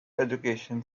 education